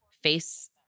face